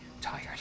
Tired